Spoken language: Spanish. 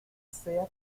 sea